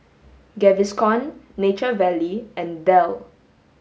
Gaviscon Nature Valley and Dell